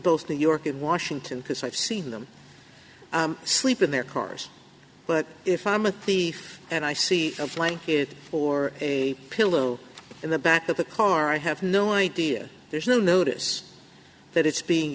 both new york and washington because i've seen them sleep in their cars but if i'm a thief and i see a blanket or a pillow in the back of a car i have no idea there's no notice that it's being